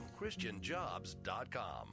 christianjobs.com